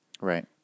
right